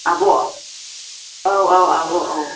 आब' औ औ आब' औ